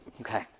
Okay